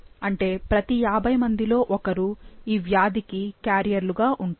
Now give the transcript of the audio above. అంటే ప్రతి 50 మందిలో ఒకరు ఈ వ్యాధి కి క్యారియర్లు గా ఉంటారు